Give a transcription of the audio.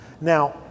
Now